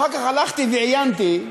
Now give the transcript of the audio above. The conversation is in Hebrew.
אחר כך הלכתי ועיינתי,